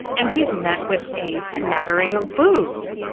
and he is met with a smattering of boos.